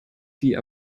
die